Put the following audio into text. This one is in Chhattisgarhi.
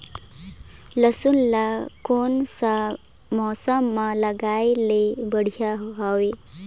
लसुन ला कोन सा मौसम मां लगाय ले बढ़िया हवे?